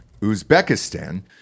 Uzbekistan